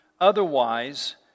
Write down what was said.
Otherwise